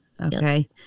okay